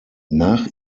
nach